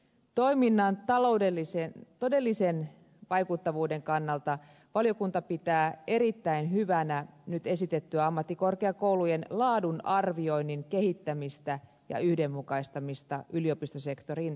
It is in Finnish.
toiminnan todellisen vaikuttavuuden kannalta valiokunta pitää erittäin hyvänä nyt esitettyä ammattikorkeakoulujen laadunarvioinnin kehittämistä ja yhdenmukaistamista yliopistosektorin kanssa